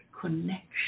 connection